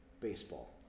Baseball